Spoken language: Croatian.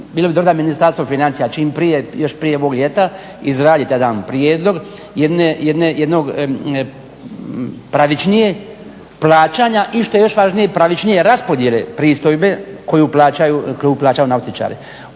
bilo bi dobro da Ministarstvo financija čim prije, još prije ovog ljeta izradi taj dan prijedlog jednog pravičnijeg plaćanja i što je još važnije pravičnije raspodjele pristojbe koju plaćaju nautičari.